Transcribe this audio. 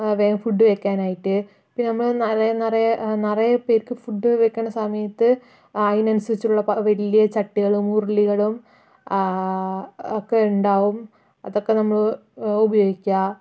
വേഗം ഫുഡ് വെക്കാൻ ആയിട്ട് പിന്നെ നമ്മള് നിറയെ നിറയെ നിറയെ പേർക്ക് ഫുഡ് വയ്ക്കണ സമയത്ത് അതിനനുസരിച്ചുള്ള വലിയ ചട്ടികളും ഉരുളികളും ഒക്കെ ഉണ്ടാവും അതൊക്കെ നമ്മള് ഉപയോഗിക്കുക